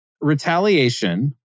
retaliation